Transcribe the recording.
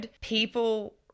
people